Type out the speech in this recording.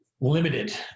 limited